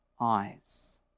eyes